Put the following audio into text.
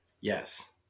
Yes